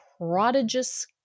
prodigious